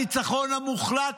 הניצחון המוחלט,